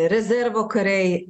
rezervo kariai